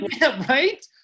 right